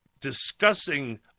discussing